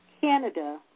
Canada